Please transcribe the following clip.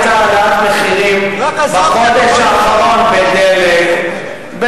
היתה העלאת מחירים בחודש האחרון בדלק,